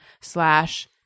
slash